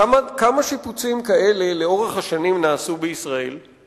כמה שיפוצים כאלה נעשו בישראל לאורך השנים?